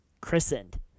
christened